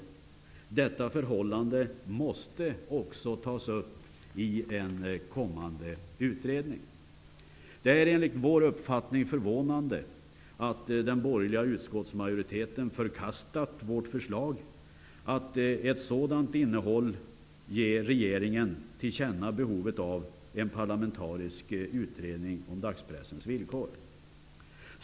Även detta förhållande måste tas upp i en kommande utredning. Det är enligt vår uppfattning förvånande att den borgerliga utskottsmajoriteten har förkastat vårt förslag att riksdagen skall med ett sådant innehåll ge regeringen till känna behovet av en parlamentarisk utredning om dagspressens villkor.